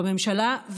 בממשלה,